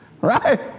Right